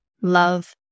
love